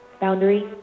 Boundary